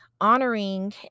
honoring